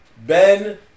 Ben